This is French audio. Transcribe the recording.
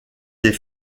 des